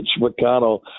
McConnell